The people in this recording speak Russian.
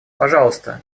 пожалуйста